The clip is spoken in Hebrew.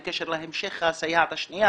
בקשר להמשך הסייעת השנייה,